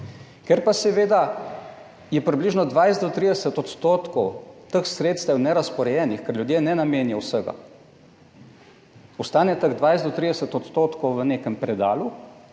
Ker pa seveda je približno 20 do 30 % teh sredstev nerazporejenih, ker ljudje ne namenijo vsega, ostane teh 20 do 30 % v nekem predalu,